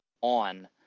on